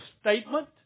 statement